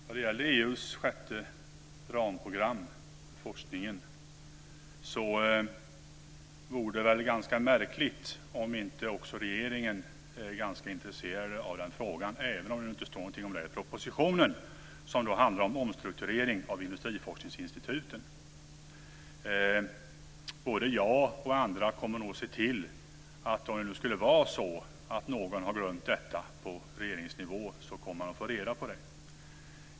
Fru talman! Vad gäller EU:s sjätte ramprogram för forskningen vore det väl ganska märkligt om inte också regeringen var ganska intresserad av den frågan, även om det inte står något om detta i propositionen - som handlar om en omstrukturering av industriforskningsinstituten. Både jag och andra kommer nog att se till att den på regeringsnivå - om det nu skulle vara så - som glömt detta får reda på det.